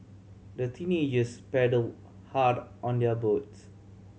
the teenagers paddle hard on their boats